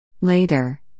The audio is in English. Later